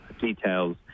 details